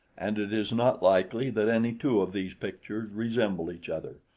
and it is not likely that any two of these pictures resemble each other,